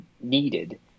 needed